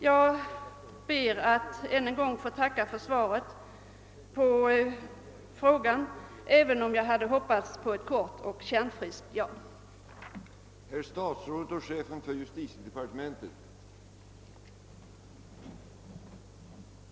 Jag ber ännu en gång att få tacka för svaret, även om jag hade hoppats på ett kort och kärnfriskt ja till svar.